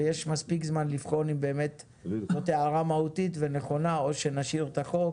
ויש מספיק זמן לבחון אם באמת זאת הערה מהותית ונכונה או שנשאיר את החוק